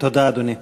תודה, אדוני.